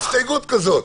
אין לנו הסתייגות כזאת.